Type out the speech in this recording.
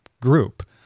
group